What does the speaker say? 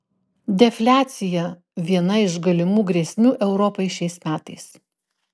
defliacija viena iš galimų grėsmių europai šiais metais